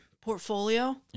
portfolio